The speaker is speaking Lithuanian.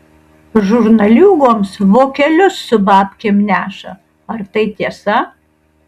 žurnaliūgoms vokelius su babkėm neša ar tai tiesa